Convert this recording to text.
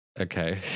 Okay